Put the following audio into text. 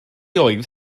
oedd